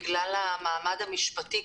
בגלל המעמד המשפטי,